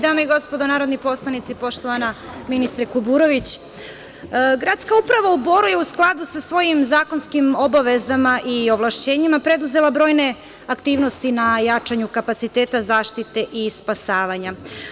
Dame i gospodo narodni poslanici, poštovana ministre Kuburović, gradska uprava u Boru je u skladu sa svojim zakonskim obavezama i ovlašćenjima preduzela brojne aktivnosti na jačanju kapaciteta, zaštite i spasavanja.